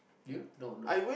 you no no